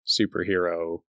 superhero